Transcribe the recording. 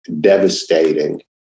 devastating